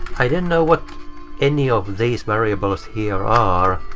i don't know what any of variables here are,